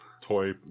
toy